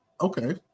Okay